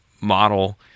model